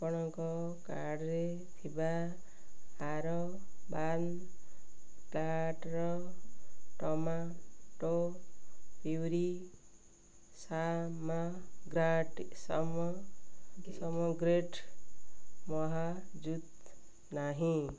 ଆପଣଙ୍କ କାର୍ଡ଼ରେ ଥିବା ଆରବାନ୍ ପ୍ଲାଟ୍ର୍ ଟମାଟୋ ପ୍ୟୁରି ସାମାଗ୍ରାଟ୍ ସମଗ୍ରେଟ୍ ମହାଜୁଦ୍ ନାହିଁ